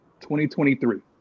2023